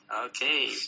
Okay